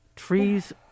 trees